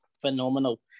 phenomenal